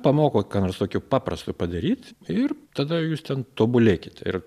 pamoko ką nors tokio paprasto padaryt ir tada jūs ten tobulėkit ir